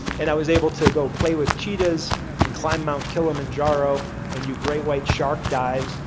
and i was able to go play with cheetahs and climb mount kilimanjaro and do great white shark dives,